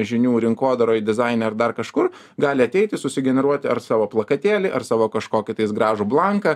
žinių rinkodaroj dizaine ar dar kažkur gali ateiti susigeneruoti ar savo plakatėlį ar savo kažkokį tais gražų blanką